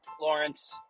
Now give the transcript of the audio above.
Lawrence